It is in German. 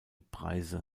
preise